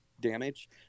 Damage